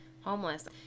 homeless